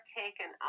taken